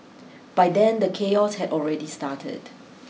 by then the chaos had already started